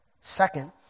second